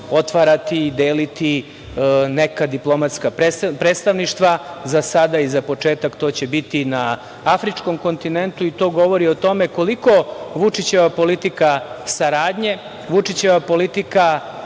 otvarati i deliti neka diplomatska predstavništva. Za sada i za početak to će biti na afričkom kontinentu i to govori o tome koliko Vučićeva politika saradnje, Vučićeva politika